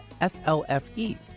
FLFE